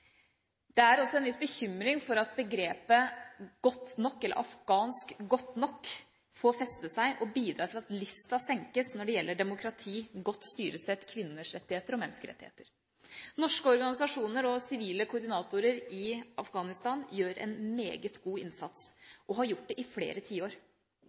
Det er også en viss bekymring for at begrepet «afghansk godt nok» får feste seg og bidra til at lista senkes når det gjelder demokrati, godt styresett, kvinners rettigheter og menneskerettigheter. Norske organisasjoner og sivile koordinatorer i Afghanistan gjør en meget god innsats og har gjort det i flere tiår.